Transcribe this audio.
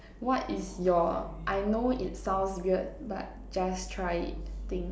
what is your I know it sounds weird but just try it thing